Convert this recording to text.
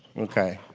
okay,